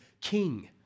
king